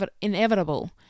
inevitable